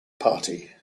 party